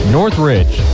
Northridge